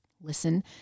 listen